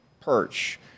perch